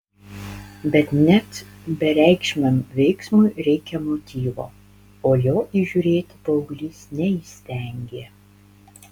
bet net bereikšmiam veiksmui reikia motyvo o jo įžiūrėti paauglys neįstengė